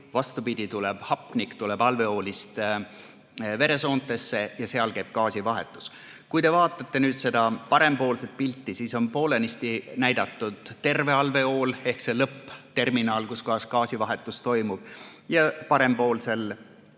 vastupidi tuleb hapnik alveoolist veresoontesse ja seal käib gaasivahetus. Kui te vaatate seda parempoolset pilti, siis siin on poolenisti näidatud terve alveool ehk lõppterminal, kus gaasivahetus toimub, ja parempoolsel